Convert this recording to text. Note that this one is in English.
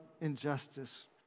injustice